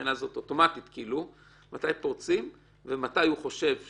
אוטומטית ומתי הוא חושב שלא,